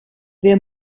wir